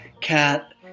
cat